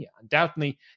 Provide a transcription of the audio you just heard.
Undoubtedly